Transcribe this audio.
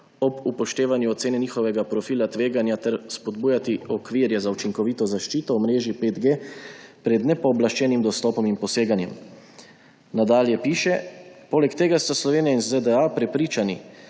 ob upoštevanju ocene njihovega profila tveganja ter spodbujati okvire za učinkovito zaščito omrežij 5G pred nepooblaščenim dostopom in poseganjem.« Nadalje piše: Poleg tega sta Slovenija in ZDA prepričani,